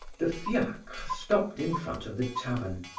the fiacre stopped in front of the tavern.